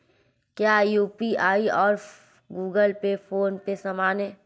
क्या यू.पी.आई और Google Pay PhonePe समान हैं?